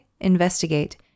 investigate